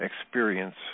experience